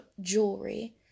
jewelry